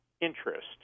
interest